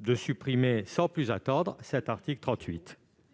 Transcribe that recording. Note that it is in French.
de supprimer sans plus attendre cet article.